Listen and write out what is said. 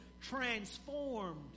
transformed